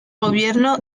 gobierno